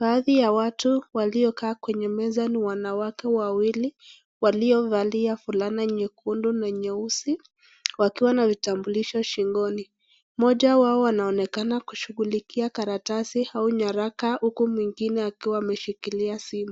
Badhi ya watu waliokaa kwenye meza ni wanawake wawili waliovalia fulana nyekundu na nyeusi wakiwa na vitambulisho shingoni. Mmoja wao anaonekana kushughulikia karatasi au nyaraka huku mwingine akiwa ameshikilia simu.